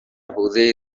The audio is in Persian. حوزه